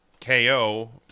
KO